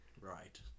Right